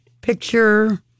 picture